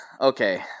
okay